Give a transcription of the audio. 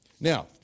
Now